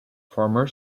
former